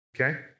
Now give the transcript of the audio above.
okay